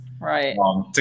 Right